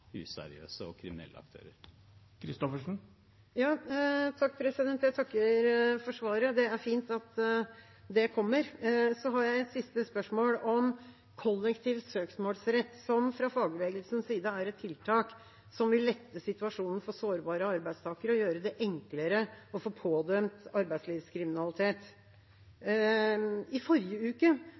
useriøse og kriminelle aktører. Jeg takker for svaret; det er fint at dette kommer. Jeg har et siste spørsmål om kollektiv søksmålsrett, som fra fagbevegelsens side er et tiltak som vil lette situasjonen for sårbare arbeidstakere og gjøre det enklere å få pådømt arbeidslivskriminalitet. I forrige uke